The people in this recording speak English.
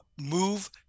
move